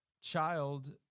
child